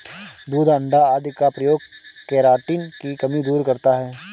दूध अण्डा आदि का प्रयोग केराटिन की कमी दूर करता है